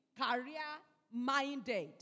career-minded